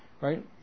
right